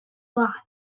lot